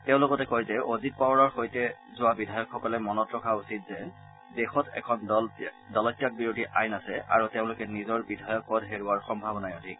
তেওঁ লগতে কয় যে অজিত পাৱাৰৰ সৈতে যোৱা বিধায়কসকলে মনত ৰখা উচিত যে দেশত এখন দল ত্যাগ বিৰোধী আইন আছে আৰু তেওঁলোকে নিজৰ বিধায়ক পদ হেৰুওৱাৰ সম্ভাৱনাই অধিক